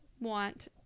want